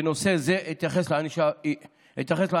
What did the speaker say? בנושא זה אתייחס לענישה הפלילית,